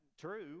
true